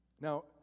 Now